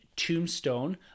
tombstone